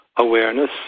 awareness